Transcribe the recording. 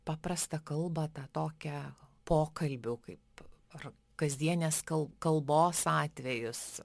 paprastą kalbą tą tokią pokalbių kaip ar kasdienės kal kalbos atvejus